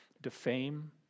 Defame